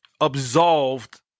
absolved